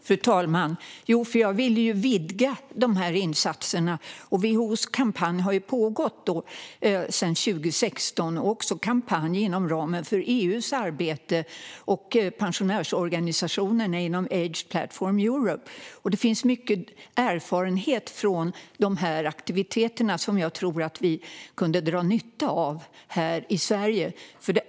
Fru talman! Jag vill vidga de här insatserna. WHO:s kampanj har pågått sedan 2016. Det pågår också en kampanj inom ramen för EU:s arbete och genom pensionärsorganisationerna inom AGE Platform Europe. Från dessa aktiviteter finns det mycket erfarenhet som jag tror att vi kan dra nytta av här i Sverige.